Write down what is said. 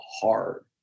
hard